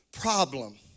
problem